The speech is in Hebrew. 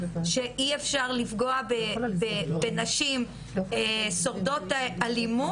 שאי אפשר לפגוע בנשים סופגות אלימות,